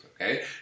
okay